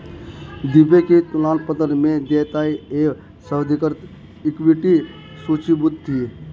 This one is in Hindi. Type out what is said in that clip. दिव्या के तुलन पत्र में देयताएं एवं स्वाधिकृत इक्विटी सूचीबद्ध थी